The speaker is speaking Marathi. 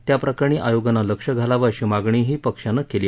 त्याप्रकरणी आयोगानं लक्ष घालावं अशी मागणीही पक्षानं केली